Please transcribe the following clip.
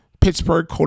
Pittsburgh